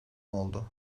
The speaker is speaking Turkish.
oldu